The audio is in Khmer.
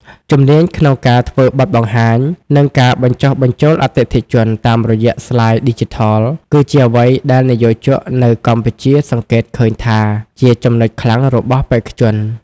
ជំនាញក្នុងការធ្វើបទបង្ហាញ និងការបញ្ចុះបញ្ចូលអតិថិជនតាមរយៈស្លាយឌីជីថល គឺជាអ្វីដែលនិយោជកនៅកម្ពុជាសង្កេតឃើញថាជាចំណុចខ្លាំងរបស់បេក្ខជន។